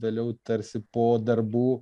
vėliau tarsi po darbų